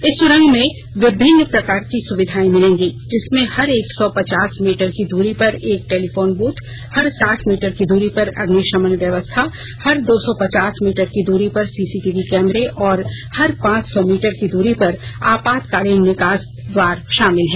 इस सुरंग में विभिन्न प्रकार की सुविधाएं मिलेंगी जिसमें हर एक सौ पचास मीटर की दूरी पर एक टेलीफोन बूथ हर साठ मीटर की दूरी पर अग्निशमन व्यवस्था हर दो सौ पचास मीटर की दूरी पर सीसीटीवी कैमरे और हर पांच सौ मीटर की दूरी पर आपातकालीन निकास शामिल हैं